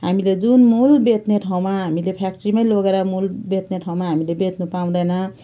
हामीले जुन मूल बेच्ने ठाउँमा हामीले फ्याक्ट्रीमा लगेर मूल बेच्ने ठाउँमा हामीले बेच्नु पाउँदैन